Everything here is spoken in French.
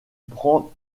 prend